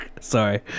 Sorry